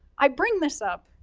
i bring this up,